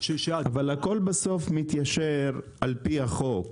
-- אבל הכל בסוף מתיישר על-פי החוק,